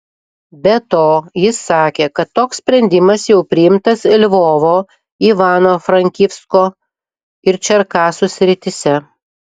be to jis sakė kad toks sprendimas jau priimtas lvovo ivano frankivsko ir čerkasų srityse